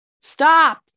Stop